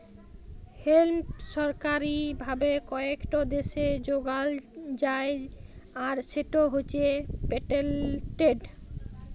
hemp সরকারি ভাবে কয়েকট দ্যাশে যগাল যায় আর সেট হছে পেটেল্টেড